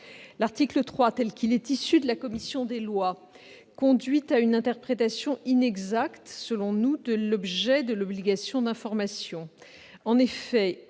L'article 3, issu des travaux de la commission des lois, mène à une interprétation inexacte, selon nous, de l'objet de l'obligation d'information.